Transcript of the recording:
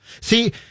See